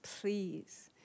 please